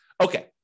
Okay